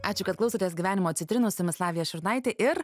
ačiū kad klausotės gyvenimo citrinų su jumis lavija šurnaitė ir